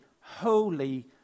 holy